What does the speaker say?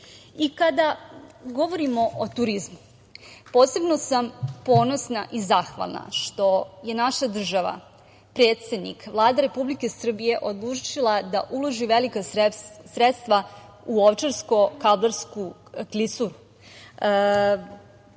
govorimo o turizmu, posebno sam ponosna i zahvalna što je naša država, predsednik Vlada Republike Srbije odlučila da uloži velika sredstva u Ovčarsko-kablarsku klisuru,